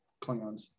Klingons